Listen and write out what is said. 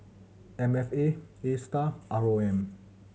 M F A Astar R O M